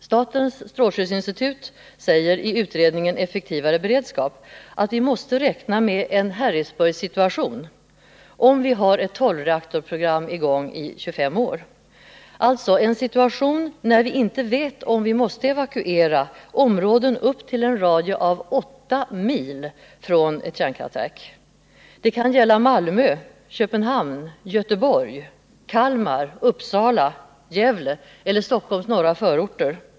Statens strålskyddsinstitut säger i utredningen Effektivare beredskap att vi måste räkna med en Harrisburgsituation, om vi har ett tolvreaktorsprogram i gång i 25 år. Det innebär alltså en situation när vi inte vet om vi måste evakuera områden upp till en radie av åtta mil från ett kärnkraftverk. Det kan gälla Malmö, Köpenhamn, Göteborg, Kalmar, Uppsala, Gävle eller Stockholms norra förorter.